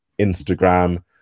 Instagram